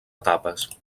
etapes